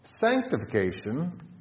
Sanctification